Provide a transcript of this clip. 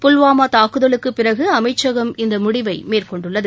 புல்வாமா தாக்குதலுக்கு பிறகு அமைச்சகம் இந்த முடிவை மேற்கொண்டுள்ளது